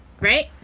right